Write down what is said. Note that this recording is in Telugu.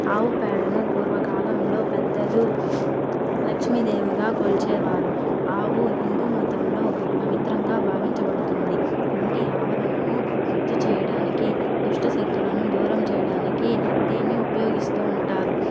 ఆవు పేడను పూర్వకాలంలో పెద్దలు లక్ష్మీదేవిగా కొల్చేవారు ఆవు హిందూ మతంలో పవిత్రంగా భావించబడుతుంది ఇంటి ఆవరణను శుద్ధి చేయడానికి దుష్ట శక్తులను దూరం చేయడానికి దీన్ని ఉపయోగిస్తూ ఉంటారు